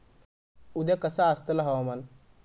उद्या कसा आसतला हवामान?